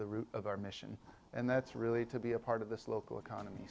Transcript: the root of our mission and that's really to be a part of this local economy